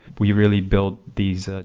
we really build these,